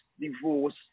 divorce